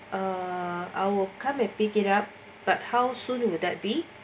uh I'll come and pick it up but how soon will that be